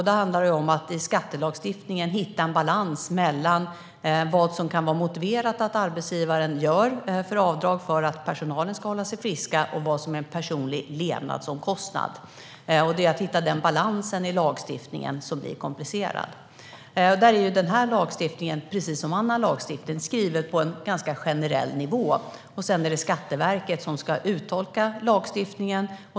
Det handlar om att i skattelagstiftningen hitta en balans mellan vad som kan vara motiverat att arbetsgivaren gör avdrag för för att personalen ska hålla sig frisk och vad som är personliga levnadsomkostnader. Att hitta denna balans i lagstiftningen är komplicerat. Denna lagstiftning är, precis som annan lagstiftning, skriven på en ganska generell nivå. Sedan är det Skatteverket som ska uttolka lagstiftningen.